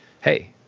hey